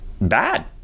bad